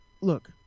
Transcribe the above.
Look